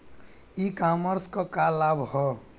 ई कॉमर्स क का लाभ ह?